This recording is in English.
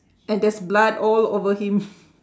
and there's blood all over him